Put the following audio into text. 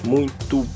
Muito